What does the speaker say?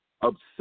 obsessed